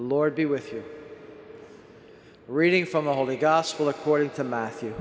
lord be with you reading from the holy gospel according to m